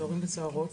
סוהרים וסוהרות.